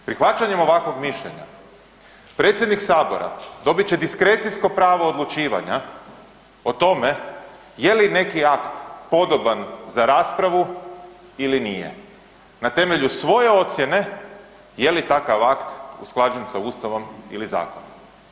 Prihvaćanjem ovakvog mišljenja, predsjednik Sabora dobit će diskrecijsko pravo odlučivanja o tome je li neki akt podoban za raspravu ili nije, na temelju svoje ocjene je li takav akt usklađen sa Ustavom ili zakonom.